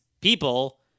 people